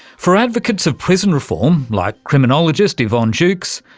for advocates of prison reform, like criminologist yvonne jewkes,